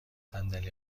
صندلی